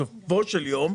בסופו של יום,